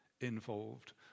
Involved